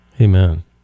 Amen